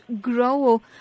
grow